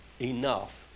enough